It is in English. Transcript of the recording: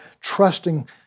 trusting